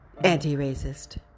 anti-racist